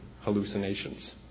hallucinations